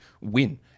win